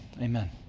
amen